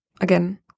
Again